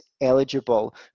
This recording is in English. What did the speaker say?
eligible